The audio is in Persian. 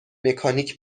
مکانیک